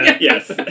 Yes